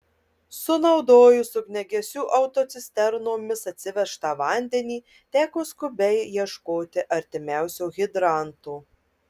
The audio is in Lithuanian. sunaudojus ugniagesių autocisternomis atsivežtą vandenį teko skubiai ieškoti artimiausio hidranto